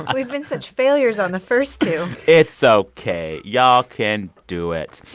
but we've been such failures on the first two it's so ok. y'all can do it.